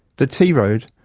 the tea road,